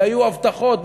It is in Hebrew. שהיו הבטחות,